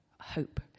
hope